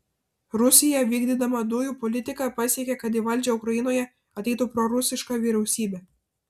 rusija vykdydama dujų politiką pasiekė kad į valdžią ukrainoje ateitų prorusiška vyriausybė